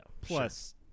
plus